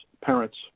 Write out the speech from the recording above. parents